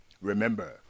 Remember